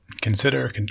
consider